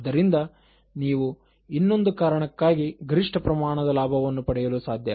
ಆದ್ದರಿಂದ ನೀವು ಇನ್ನೊಂದು ಕಾರಣಕ್ಕಾಗಿ ಗರಿಷ್ಠ ಪ್ರಮಾಣದ ಲಾಭವನ್ನು ಪಡೆಯಲು ಸಾಧ್ಯ